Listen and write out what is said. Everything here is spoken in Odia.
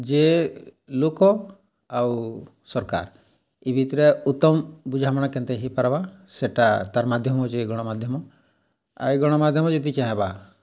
ଯେ ଲୋକ ଆଉ ସର୍କାର୍ ଇ ଭିତ୍ରେ ଉତ୍ତମ୍ ବୁଝାମଣା କେନ୍ତା ହେଇପାର୍ବା ସେଟା ତାର୍ ମାଧ୍ୟମ ହଉଛେ ଇ ଗଣମାଧ୍ୟମ ଆଉ ଇ ଗଣମାଧ୍ୟମ ଯଦି ଚାହେଁବା